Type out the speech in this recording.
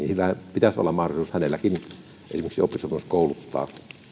pitäisi olla mahdollisuus hänelläkin esimerkiksi oppisopimuskouluttaa